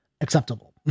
acceptable